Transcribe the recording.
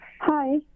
Hi